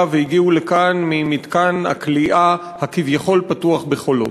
והגיעו לכאן ממתקן הכליאה הכביכול-פתוח בחולות.